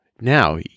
now